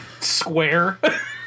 Square